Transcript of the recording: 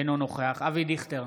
אינו נוכח אבי דיכטר,